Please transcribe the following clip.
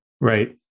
Right